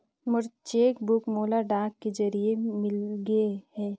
मोर cheque book मोला डाक के जरिए मिलगे हे